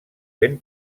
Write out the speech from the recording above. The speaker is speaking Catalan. ben